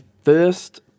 first